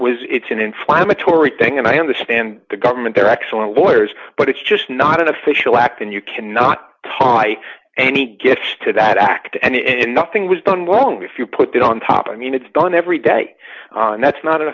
was it's an inflammatory thing and i understand the government there are excellent lawyers but it's just not an official act and you cannot tie any gifts to that act and nothing was done long if you put that on top mean it's done every day and that's not an